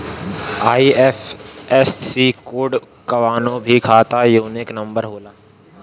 IFSC code कवनो भी खाता यूनिक नंबर होला